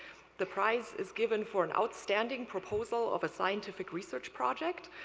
the prize is given for an outstanding proposal of a scientific research project.